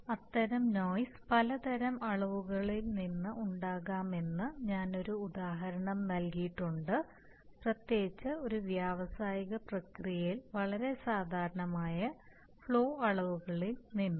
അത്തരം നോയിസ് പലതരം അളവുകളിൽ നിന്ന് ഉണ്ടാകാമെന്ന് ഞാൻ ഒരു ഉദാഹരണം നൽകിയിട്ടുണ്ട് പ്രത്യേകിച്ച് ഒരു വ്യാവസായിക പ്രക്രിയയിൽ വളരെ സാധാരണമായ ഫ്ലോ അളവുകളിൽ നിന്നും